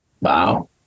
Wow